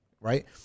right